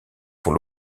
font